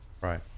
Right